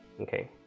okay